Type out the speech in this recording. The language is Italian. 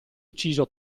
ucciso